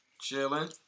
Chilling